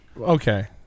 okay